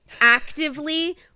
actively